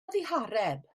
ddihareb